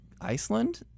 Iceland